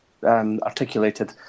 Articulated